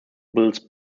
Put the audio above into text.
builds